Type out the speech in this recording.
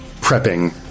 prepping